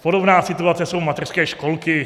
Podobná situace jsou mateřské školky.